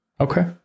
Okay